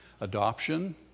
adoption